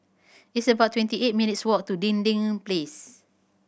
it's about twenty eight minutes' walk to Dinding Place